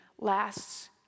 lasts